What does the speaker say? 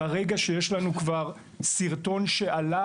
ברגע שיש לנו כבר סרטון שעלה,